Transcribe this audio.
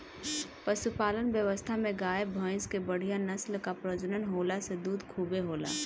पशुपालन व्यवस्था में गाय, भइंस कअ बढ़िया नस्ल कअ प्रजनन होला से दूध खूबे होला